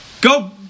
go